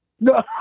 No